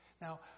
Now